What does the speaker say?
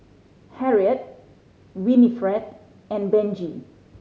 Harriet Winnifred and Benji